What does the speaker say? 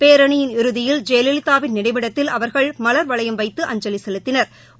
பேரணியின் இறுதியில் ஜெயலலிதாவின் நினைவிடத்தில் அவர்கள் மலர்வளையும் வைத்து அஞ்சலி செலுத்தினா்